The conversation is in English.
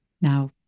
Now